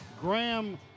Graham